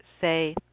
Say